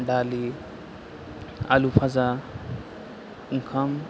दालि आलु फाजा ओंखाम